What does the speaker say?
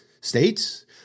states